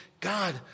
God